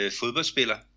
fodboldspiller